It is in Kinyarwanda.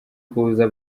kuza